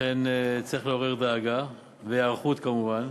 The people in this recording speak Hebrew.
אכן צריך לעורר דאגה והיערכות כמובן.